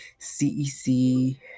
CEC